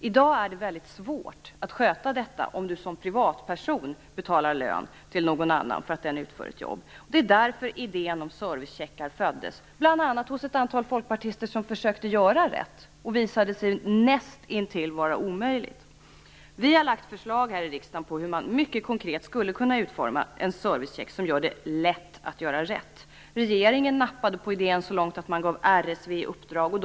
I dag är det väldigt svårt att sköta detta om man som privatperson betalar lön till någon annan för att den utför ett jobb. Det är därför idén om servicecheckar föddes bl.a. hos ett antal folkpartister som försökte göra rätt. Det visade sig vara näst intill omöjligt. Vi har lagt fram förslag här i riksdagen på hur man mycket konkret skulle kunna utforma en servicecheck som gör det lätt att göra rätt. Regeringen nappade på idén så långt att man gav RSV i uppdrag att titta på detta.